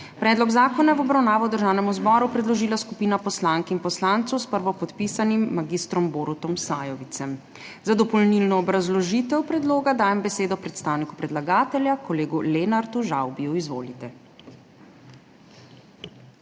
Predlog zakona je v obravnavo Državnemu zboru predložila skupina poslank in poslancev s prvopodpisanim mag. Borutom Sajovicem. Za dopolnilno obrazložitev predloga dajem besedo predstavniku predlagatelja, kolegu Lenartu Žavbiju. Izvolite.